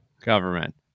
government